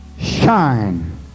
Shine